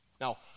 Now